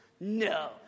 No